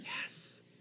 Yes